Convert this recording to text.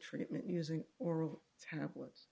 treatment using oral tablets